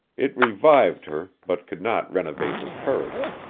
it revived her, but could not renovate her courage.